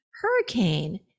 Hurricane